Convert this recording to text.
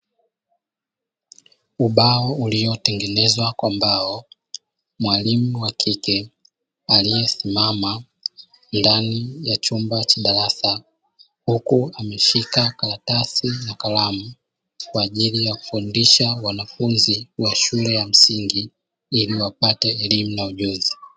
Ubao uliotengenezwa kwa mbao, mwalimu wa kike aliyesimama ndani ya chumba cha darasa huku ameshika karatasi na kalamu kwajili ya kufundisha wanafunzi wa shule ya msingi ili wapate elimu na ujuzi.